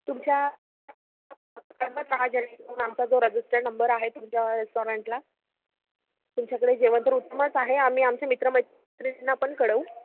तुमच्या हो मॅम आमचा जो रजिस्टर्ड नंबर आहे तुमच्या रेस्टॉरंटला तुमच्याकडे जेवण तर उत्तमच आहे आम्ही आमच्या मित्र मैत्रिणींना पण कळवू